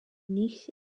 nicht